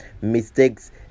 mistakes